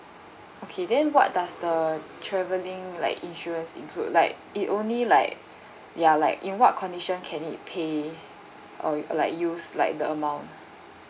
okay then what does the travelling like insurance include like it only like ya like in what condition can it pay uh like use like the amount